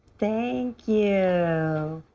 thank you.